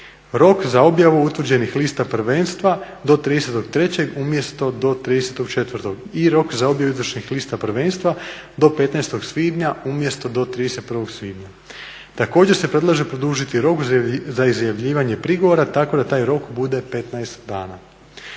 rok za objavu utvrđenih lista prvenstva do 30.3. umjesto do 30.4. i rok za objavu izvršnih lista prvenstva do 15. svibnja umjesto do 31. svibnja. Također se predlaže produžiti rok za izjavljivanje prigovora tako da taj rok bude 15 dana.